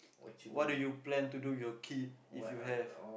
what do you plan to do with your kid if you have